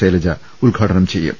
ശൈലജ ഉദ്ഘാ ടനം ചെയ്യും